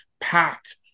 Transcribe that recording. packed